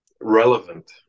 relevant